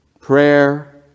prayer